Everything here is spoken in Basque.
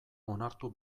onartu